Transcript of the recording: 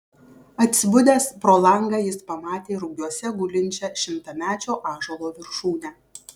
atsibudęs pro langą jis pamatė rugiuose gulinčią šimtamečio ąžuolo viršūnę